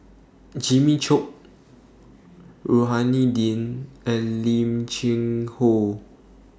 Jimmy Chok Rohani Din and Lim Cheng Hoe